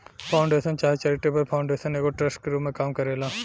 foundation चाहे charitable foundation एगो trust के रूप में काम करेला